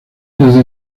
desde